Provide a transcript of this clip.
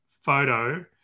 photo